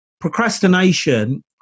procrastination